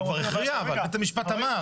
אבל הוא כבר הכריע, בית המשפט אמר.